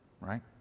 right